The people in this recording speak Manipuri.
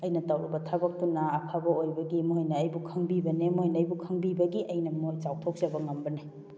ꯑꯩꯅ ꯇꯧꯔꯨꯕ ꯊꯕꯛꯇꯨꯅ ꯑꯐꯕ ꯑꯣꯏꯕꯒꯤ ꯃꯣꯏꯅ ꯑꯩꯕꯨ ꯈꯪꯕꯤꯕꯅꯦ ꯃꯣꯏꯅ ꯑꯩꯕꯨ ꯈꯪꯕꯤꯕꯒꯤ ꯑꯩꯅ ꯑꯃꯨꯛ ꯆꯥꯎꯊꯣꯛꯆꯕ ꯉꯝꯕꯅꯦ